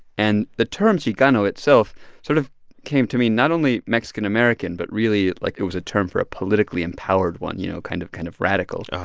and the term chicano itself sort of came to me not only mexican american, but really, like, it was a term for a politically empowered one, you know, kind of kind of radical ah,